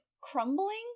crumbling